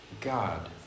God